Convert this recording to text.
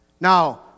Now